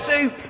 soup